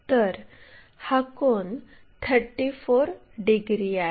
तर हा कोन 34 डिग्री आहे